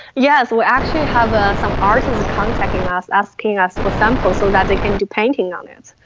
yes, we actually have ah some artists contacting us asking us for samples so that they can do painting on it.